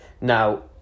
Now